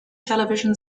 television